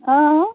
অঁ